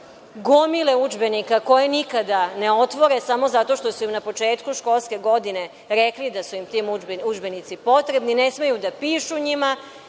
gomile udžbenika koje nikada ne otvore samo zato što su im na početku školske godine rekli da su im ti udžbenici potrebni. Ne smeju da pišu u njima